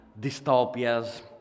dystopias